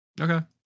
Okay